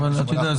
אתה יודע,